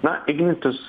na ignitis